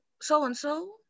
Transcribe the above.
so-and-so